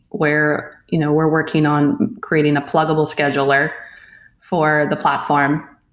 where you know we're working on creating a pluggable scheduler for the platform.